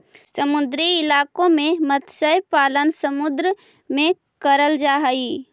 समुद्री इलाकों में मत्स्य पालन समुद्र में करल जा हई